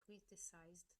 criticized